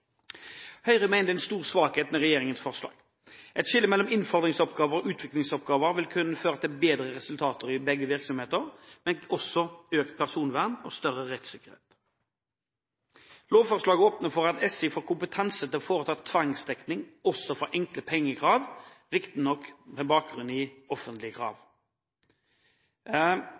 Høyre mener dette er en stor svakhet med regjeringens forslag. Et skille mellom innfordringsoppgaver og utviklingsoppgaver vil kunne føre til bedre resultater i begge virksomheter, men også økt personvern og større rettssikkerhet. Lovforslaget åpner for at SI får kompetanse til å foreta tvangsdekning også for enkle pengekrav, riktignok med bakgrunn i offentlige krav.